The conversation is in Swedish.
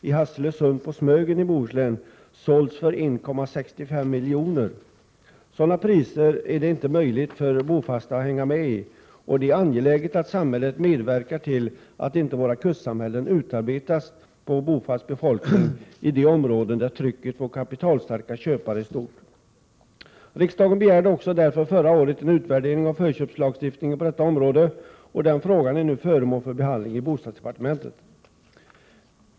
i Hasselösund på Smögen hade sålts för 1,65 miljoner. Sådana priser är det omöjligt för bofasta att hänga med på. Det är angeläget att samhället medverkar till att inte våra kustsamhällen utarmas på bofast befolkning i de områden där trycket från kapitalstarka köpare är stort. Riksdagen begärde också därför förra året en utvärdering av förköpslagstiftningen på detta område, och den frågan är nu föremål för behandling i bostadsdepartementet.